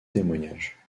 témoignage